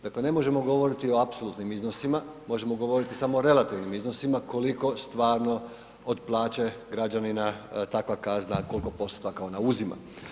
Dakle ne možemo govoriti o apsolutnim iznosima, možemo govoriti samo o relativnim iznosima koliko stvarno od plaće građanina takva kazna, koliko postotaka ona uzima.